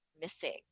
missing